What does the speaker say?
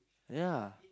ya